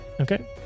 okay